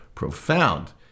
Profound